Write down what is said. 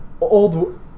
old